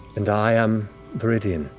and i am viridian.